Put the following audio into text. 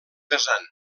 pesant